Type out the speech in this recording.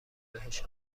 بهش